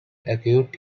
acute